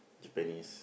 Japanese